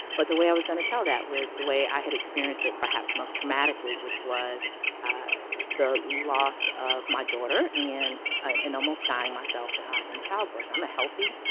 but the way i was going to tell that was the way i had experienced it perhaps most traumatically, which was the loss of my daughter and yeah and almost dying myself in childbirth. i'm a healthy,